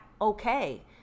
okay